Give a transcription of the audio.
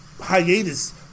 hiatus